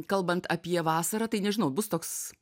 kalbant apie vasarą tai nežinau bus toks